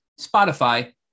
Spotify